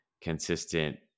consistent